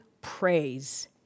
praise